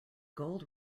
gold